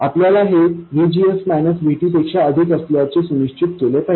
आपल्याला हे VGS VT पेक्षा अधिक असल्याचे सुनिश्चित केले पाहिजे